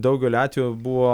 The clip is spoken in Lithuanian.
daugeliu atvejų buvo